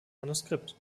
manuskript